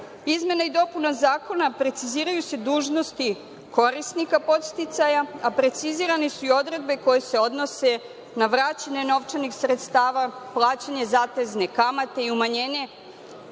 tov. Izmenama i dopunama zakona preciziraju se dužnosti korisnika podsticaja, a precizirane su i odredbe koje se odnose na vraćanje novčanih sredstava, plaćanje zateznih kamata i umanjenje